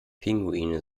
pinguine